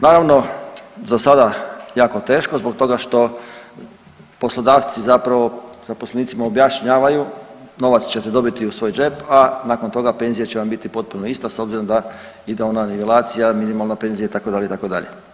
Naravno za sada jako teško zbog toga što poslodavci zapravo zaposlenicima objašnjavaju novac ćete dobiti u svoj džep, a nakon toga penzija će vam biti potpuno ista s obzirom da ide ona nivelacija minimalna penzija itd., itd.